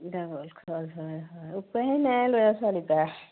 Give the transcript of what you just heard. double খৰচ হয় হয় উপায় নাই ল'ৰা ছোৱালীৰপৰা